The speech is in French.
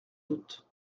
doute